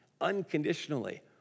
unconditionally